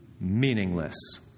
meaningless